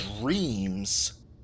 dreams